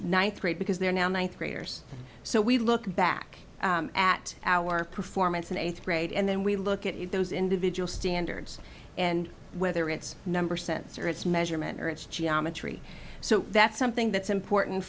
ninth grade because they're now ninth graders so we look back at our performance in eighth grade and then we look at those individual standards and whether it's number sense or it's measurement or it's geometry so that's something that's important